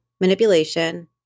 manipulation